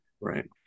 Right